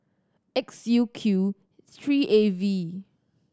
X U Q three A V